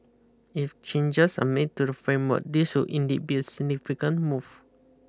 if changes are made to the framework this would indeed be a significant move